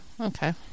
Okay